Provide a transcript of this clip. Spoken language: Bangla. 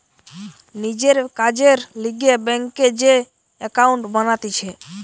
নিজের কাজের লিগে ব্যাংকে যে একাউন্ট বানাতিছে